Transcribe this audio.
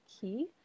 key